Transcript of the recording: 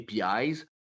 APIs